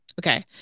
okay